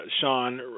Sean